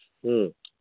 ꯎꯝ